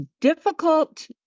difficult